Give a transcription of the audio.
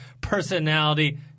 personality